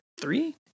three